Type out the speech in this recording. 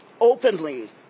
openly